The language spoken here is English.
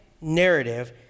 narrative